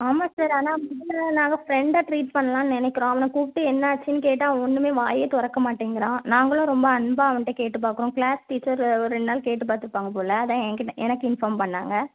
ஆமாம் சார் ஆனால் பையனை நாங்கள் ஃப்ரெண்டாக ட்ரீட் பண்ணலான்னு நினக்கிறோம் அவனை கூப்பிட்டு என்னாச்சுன்னு கேட்டால் ஒன்றுமே வாயே திறக்க மாட்டேங்கிறான் நாங்களும் ரொம்ப அன்பாக அவன்கிட்ட கேட்டு பார்க்குறோம் க்ளாஸ் டீச்சர் ஒரு ரெண்டு நாள் கேட்டு பார்த்துருப்பாங்க போல் அதுதான் என்கிட்டே எனக்கு இன்ஃபார்ம் பண்ணிணாங்க